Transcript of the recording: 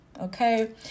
okay